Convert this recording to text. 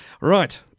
Right